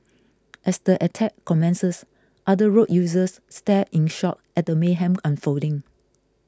as the attack commences other road users stared in shock at the mayhem unfolding